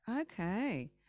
okay